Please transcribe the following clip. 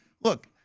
Look